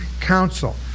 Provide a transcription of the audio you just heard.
counsel